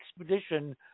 expedition